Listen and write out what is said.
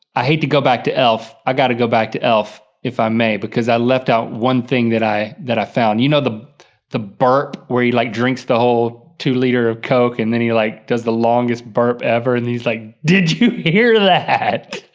i hate to go back to elf, i got to go back to elf, if i may, because i left out one thing that i that i found. you know the the burp, where he like drinks the whole two liter coke and then he like does the longest burp ever, and he's like, did you hear that?